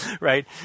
right